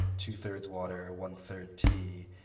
two-thirds water, one-third tea,